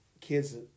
kids